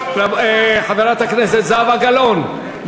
חברת הכנסת זהבה גלאון,